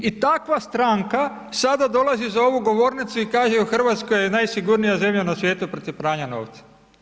I takva stranka sada dolazi za ovu govornicu i kaže u Hrvatskoj je najsigurnija zemlja na svijetu protiv pranja novca.